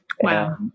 Wow